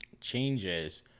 changes